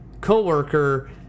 co-worker